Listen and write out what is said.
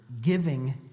giving